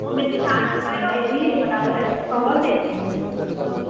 অ' বেছি টান নহয় ন ইজি বনাবলৈ সহজেই অ'